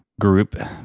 group